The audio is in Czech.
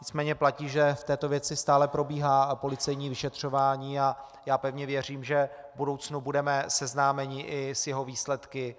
Nicméně platí, že v této věci stále probíhá policejní vyšetřování, a já pevně věřím, že v budoucnu budeme seznámeni i s jeho výsledky.